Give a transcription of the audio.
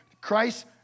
Christ